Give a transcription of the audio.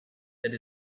that